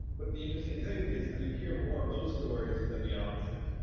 but the interesting thing is, you hear more of those stories than the opposite.